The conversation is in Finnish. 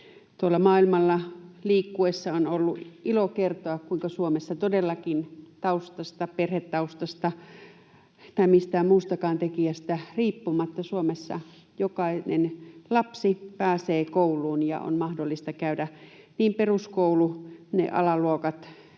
maailmalla liikkuessa on ollut ilo kertoa, kuinka Suomessa todellakin taustasta, perhetaustasta tai mistään muustakaan tekijästä, riippumatta Suomessa jokainen lapsi pääsee kouluun ja on mahdollista käydä niin peruskoulu, ne alaluokat